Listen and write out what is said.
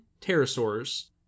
pterosaurs